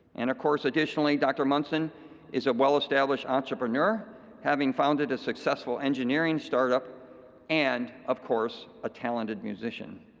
and of course, additionally, dr. munson is well established entrepreneur having founded a successful engineering startup and of course a talented musician.